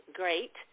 great